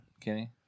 Kenny